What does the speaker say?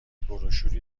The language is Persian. بروشوری